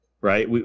right